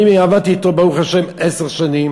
אני עבדתי אתו, ברוך השם, עשר שנים,